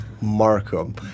Markham